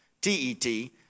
T-E-T